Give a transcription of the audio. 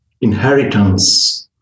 inheritance